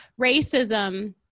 racism